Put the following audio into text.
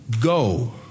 go